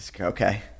Okay